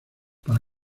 para